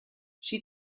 she